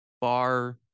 bar